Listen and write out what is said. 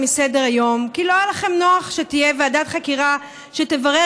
מסדר-היום כי לא היה לכם נוח שתהיה ועדת חקירה שתברר